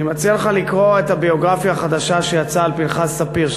אני מציע לך לקרוא את הביוגרפיה החדשה שיצאה על פנחס ספיר,